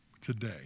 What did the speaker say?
today